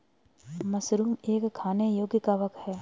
mushroom एक खाने योग्य कवक है